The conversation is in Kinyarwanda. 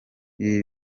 ibi